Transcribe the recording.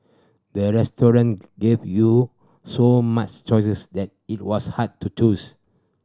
the restaurant give you so much choices that it was hard to choose